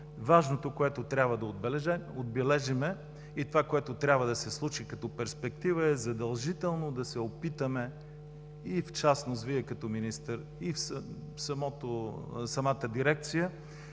важното, което трябва да отбележим, и това, което трябва да се случи като перспектива, е задължително да се опитаме – и в частност Вие като министър, и самата дирекция,